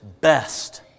best